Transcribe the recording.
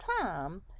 time